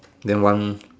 then one